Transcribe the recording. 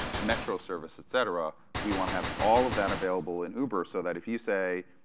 metro service, etc. we want to have all of that available in uber so that if you say,